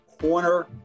corner